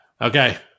Okay